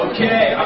Okay